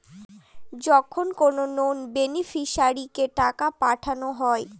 যখন কোনো নন বেনিফিশিয়ারিকে টাকা পাঠানো হয়